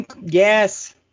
Yes